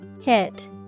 Hit